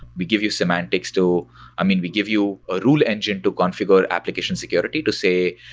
we give you semantics to i mean, we give you a rule engine to configure application security to say,